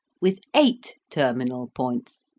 with eight terminal points?